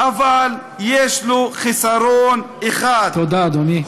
/ אבל יש לו חיסרון אחד: / תודה, אדוני.